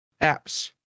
apps